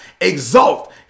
exalt